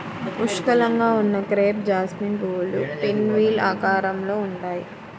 పుష్కలంగా ఉన్న crape jasmine పువ్వులు పిన్వీల్ ఆకారంలో ఉంటాయి